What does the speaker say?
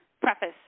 preface